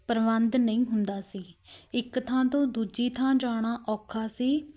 ਪ੍ਰਬੰਧ ਨਹੀਂ ਹੁੰਦਾ ਸੀ ਇੱਕ ਥਾਂ ਤੋਂ ਦੂਜੀ ਥਾਂ ਜਾਣਾ ਔਖਾ ਸੀ